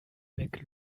bec